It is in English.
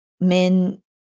men